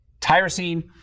tyrosine